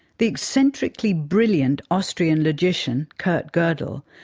the eccentrically brilliant austrian logician, kurt godel,